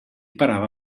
parava